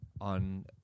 on